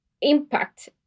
impact